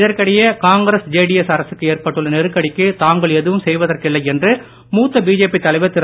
இதற்கிடையே காங்கிரஸ் ஜேடிஎஸ் அரசுக்கு ஏற்பட்டுள்ள நெருக்கடிக்கு தாங்கள் எதுவும் செய்வதற்கில்லை என்று மூத்த பிஜேபி தலைவர் திரு